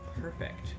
Perfect